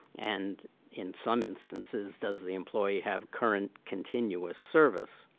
and in some instances, does the employee have current continuous service.